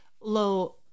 low